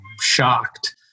shocked